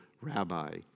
rabbi